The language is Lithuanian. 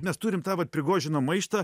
mes turim tą vat prigožino maištą